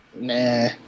Nah